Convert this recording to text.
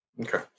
Okay